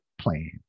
plan